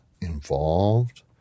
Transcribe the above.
involved